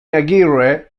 aguirre